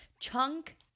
Chunk